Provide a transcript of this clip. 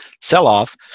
sell-off